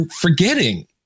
forgetting